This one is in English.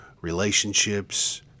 relationships